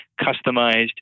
customized